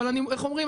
אבל איך אומרים?